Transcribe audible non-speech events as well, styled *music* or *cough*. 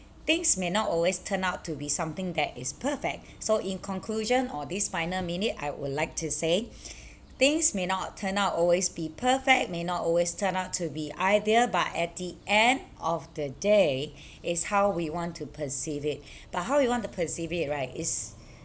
things may not always turn out to be something that is perfect so in conclusion on this final minute I would like to say *breath* things may not turn out always be perfect may not always turn out to be ideal but at the end of the day *breath* it's how we want to perceive it *breath* but how we want to perceive it right is